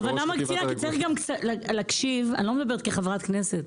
וראש חטיבת --- אני לא מדברת כחברת כנסת.